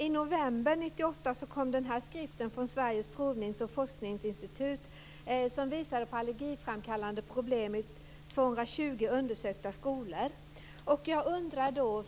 I november 1998 kom det en skrift från Sveriges provnings och forskningsinstitut som visar på allergiframkallande problem i 220 undersökta skolor.